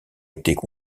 étaient